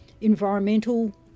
environmental